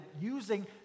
using